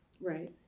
Right